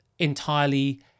entirely